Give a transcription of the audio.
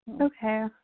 Okay